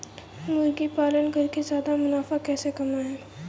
मुर्गी पालन करके ज्यादा मुनाफा कैसे कमाएँ?